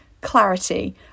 Clarity